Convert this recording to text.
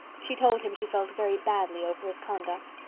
she told him she felt very badly over his conduct.